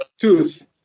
tooth